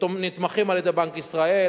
שנתמכות על-ידי בנק ישראל,